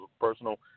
personal